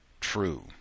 true